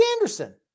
Anderson